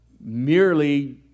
merely